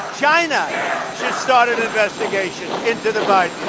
china. has started investigations. into the vote